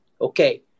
okay